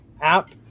app